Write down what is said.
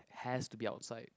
has to be outside